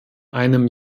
einem